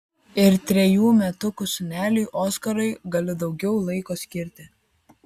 ir trejų metukų sūneliui oskarui galiu daugiau laiko skirti